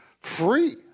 free